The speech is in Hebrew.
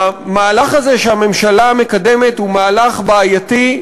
המהלך שהממשלה מקדמת הוא מהלך בעייתי.